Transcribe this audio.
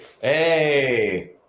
Hey